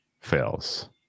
fails